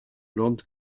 lord